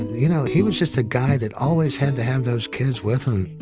you know, he was just a guy that always had to have those kids with him.